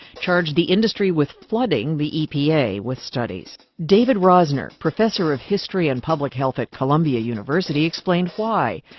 charged the industry with flooding the epa with studies. david rosner, professor of history and public health at columbia university, explained why,